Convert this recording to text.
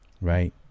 right